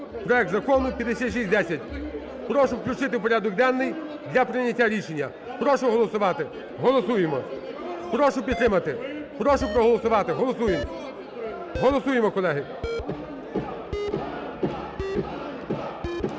проект Закону 5610. Прошу включити в порядок денний для прийняття рішення. Прошу голосувати. Голосуємо, прошу підтримати, прошу проголосувати. Голосуємо, голосуємо, колеги.